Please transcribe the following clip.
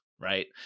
Right